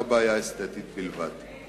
השמנה בגיל ההתבגרות אינה בעיה אסתטית בלבד,